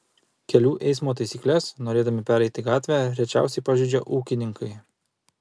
kelių eismo taisykles norėdami pereiti gatvę rečiausiai pažeidžia ūkininkai